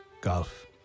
golf